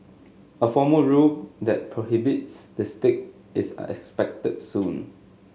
a formal rule that prohibits the stick is are expected soon